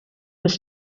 was